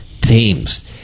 teams